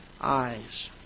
eyes